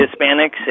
Hispanics